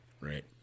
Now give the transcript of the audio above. right